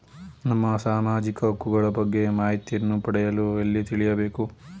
ನಮ್ಮ ಸಾಮಾಜಿಕ ಹಕ್ಕುಗಳ ಬಗ್ಗೆ ಮಾಹಿತಿಯನ್ನು ಪಡೆಯಲು ಎಲ್ಲಿ ತಿಳಿಯಬೇಕು?